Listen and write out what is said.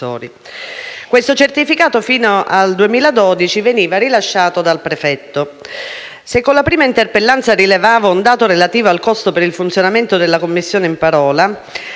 Questo certificato fino al 2012 veniva rilasciato dal prefetto. Se con la prima interpellanza rilevavo un dato relativo al costo per il funzionamento della commissione in parola,